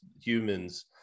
humans